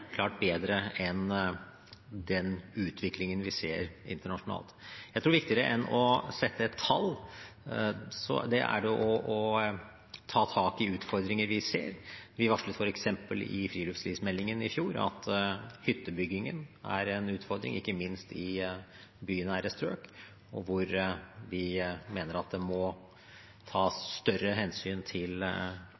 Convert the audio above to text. klart bedre enn den utviklingen vi ser internasjonalt. Jeg tror at viktigere enn å sette et tall er det å ta tak i utfordringer vi ser. Vi varslet f.eks. i friluftslivsmeldingen i fjor at hyttebyggingen er en utfordring, ikke minst i bynære strøk, hvor vi mener at det må tas